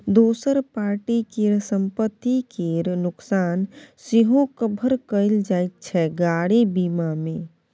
दोसर पार्टी केर संपत्ति केर नोकसान सेहो कभर कएल जाइत छै गाड़ी बीमा मे